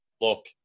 look